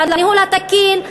לניהול התקין.